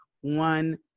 one